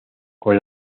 con